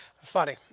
Funny